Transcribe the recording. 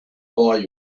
buy